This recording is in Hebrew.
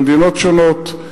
במדינות שונות,